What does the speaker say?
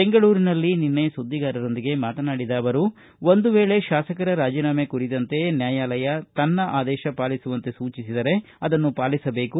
ಬೆಂಗಳೂರಿನಲ್ಲಿ ನಿನ್ನೆ ಸುದ್ದಿಗಾರರೊಂದಿಗೆ ಮಾತನಾಡಿದ ಅವರು ಒಂದು ವೇಳೆ ಶಾಸಕರ ರಾಜೀನಾಮೆ ಕುರಿತಂತೆ ನ್ಕಾಯಾಲಯ ತನ್ನ ಆದೇಶ ಪಾಲಿಸುವಂತೆ ಸೂಚಿಸಿದರೆ ಅದನ್ನು ಪಾಲಿಸಬೇಕು